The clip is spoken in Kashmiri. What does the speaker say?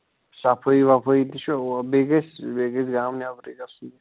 صفٲیی وَفٲیی تہِ چھِ اوٚوا بیٚیہِ گژھِ بیٚیہِ گژھِ گامہٕ نیٚبرٕے گژھُن یہِ